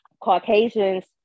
caucasians